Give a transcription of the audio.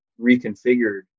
reconfigured